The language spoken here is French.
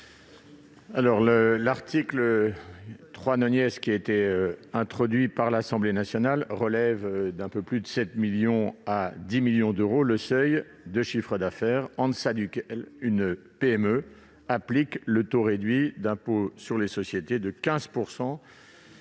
L'article 3 , introduit par l'Assemblée nationale, relève d'un peu plus de 7 millions à 10 millions d'euros le seuil de chiffre d'affaires en deçà duquel une PME applique le taux réduit d'impôt sur les sociétés de 15